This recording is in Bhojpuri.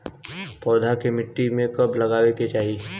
पौधा के मिट्टी में कब लगावे के चाहि?